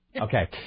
Okay